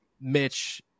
Mitch